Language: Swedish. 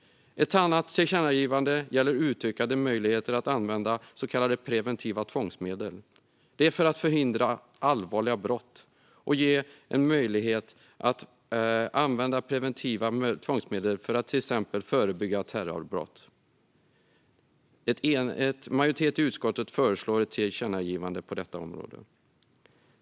Ett annat tillkännagivande gäller utökade möjligheter att använda så kallade preventiva tvångsmedel för att förhindra allvarliga brott. Vi vill ge en möjlighet att använda preventiva tvångsmedel för att till exempel förebygga terrorbrott. En majoritet i utskottet föreslår ett tillkännagivande på detta område.